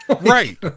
Right